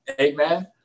amen